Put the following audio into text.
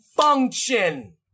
function